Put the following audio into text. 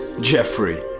Jeffrey